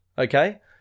Okay